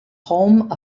home